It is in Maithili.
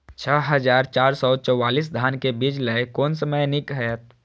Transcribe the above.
छः हजार चार सौ चव्वालीस धान के बीज लय कोन समय निक हायत?